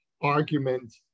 argument